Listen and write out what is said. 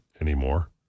anymore